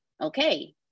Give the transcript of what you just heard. okay